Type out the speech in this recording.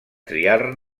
triar